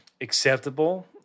acceptable